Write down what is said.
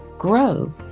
grow